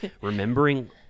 remembering